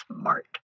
smart